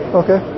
okay